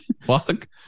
fuck